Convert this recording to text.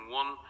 one